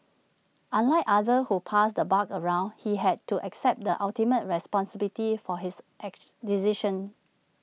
unlike others who passed the buck around he had to accept the ultimate responsibility for his decisions